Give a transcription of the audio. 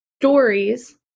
stories